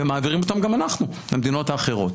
ומעבירים אותם גם אנחנו למדינות האחרות.